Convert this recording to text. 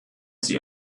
sie